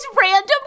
random